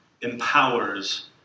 empowers